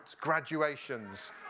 graduations